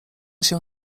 się